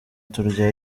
turya